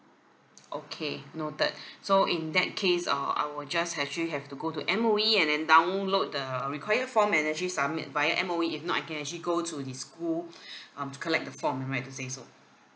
okay noted so in that case uh I will just actually have to go to M_O_E and then download the required form and actually submit via M_O_E if not I can actually go to the school um to collect the form if I'm right to say so